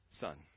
son